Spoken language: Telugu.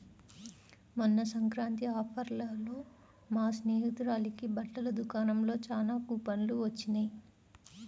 మొన్న సంక్రాంతి ఆఫర్లలో మా స్నేహితురాలకి బట్టల దుకాణంలో చానా కూపన్లు వొచ్చినియ్